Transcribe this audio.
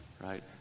right